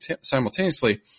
simultaneously